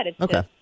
Okay